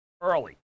early